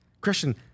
Christian